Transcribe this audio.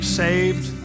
saved